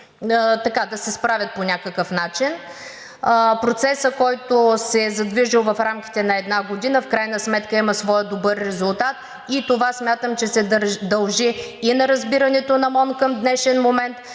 да се справят по някакъв начин. Процесът, който се е задвижил в рамките на една година, в крайна сметка има добър резултат и това смятам, че се дължи и на разбирането на МОН към днешния момент,